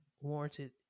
warranted